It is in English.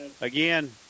Again